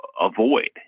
avoid